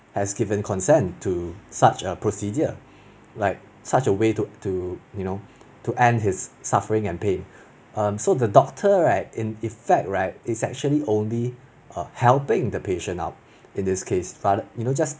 has given consent to such a procedure like such a way to to you know to end his suffering and pain um so the doctor right in effect right is actually only err helping the patient up in this case rather you know just